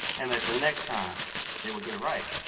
and that the next time they will get it right.